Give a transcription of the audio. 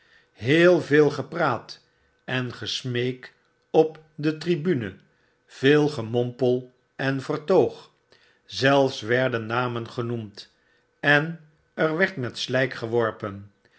heel veel gepraat en gesmeek op de tribune veel gemompel en vertoog zelfs werden namen genoemd en er werd met slyk geworpen